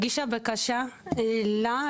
הגישה בקשה לה,